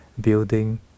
building